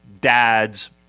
dads